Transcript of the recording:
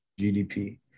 GDP